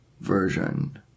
version